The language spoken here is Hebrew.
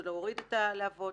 זה להוריד את הלהבות.